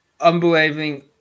unbelieving